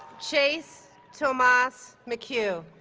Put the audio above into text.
chase tomas mchugh